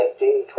1920